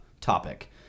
topic